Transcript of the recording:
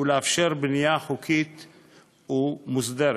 ולאפשר בנייה חוקית ומוסדרת.